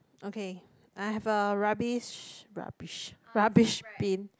okay I have a rubbish rubbish rubbish bin